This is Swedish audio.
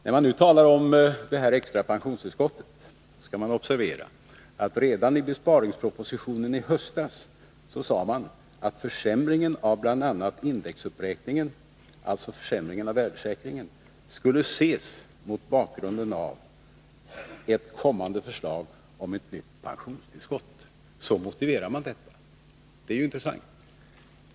När man nu talar om det extra pensionstillskottet skall man observera att regeringen redan i besparingspropositionen i höstas sade att försämringen av bl.a. indexuppräkningen, alltså försämringen av värdesäkringen, skulle ses mot bakgrunden av ett kommande förslag om ett nytt pensionstillskott. Så motiverade man detta, och det är ju intressant.